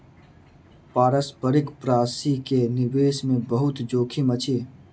पारस्परिक प्राशि के निवेश मे बहुत जोखिम अछि